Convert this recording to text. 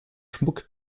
schmuck